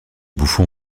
bouffon